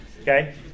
okay